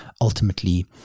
ultimately